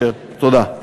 תודה.